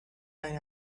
night